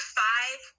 five